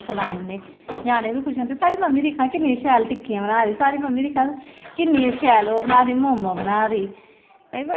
घाह् मार दवाई जेह्ड़ी होंदी ऐ ओह् बी नकली फिर ओह्दै बाद जिसलै अस गंदम दी बजाई करने आं